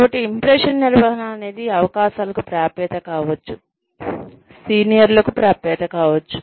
కాబట్టి ఇంప్రెషన్ నిర్వహణ అనేది అవకాశాలకు ప్రాప్యత కావచ్చు సీనియర్లకు ప్రాప్యత కావచ్చు